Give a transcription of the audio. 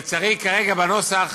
לצערי, כרגע בנוסח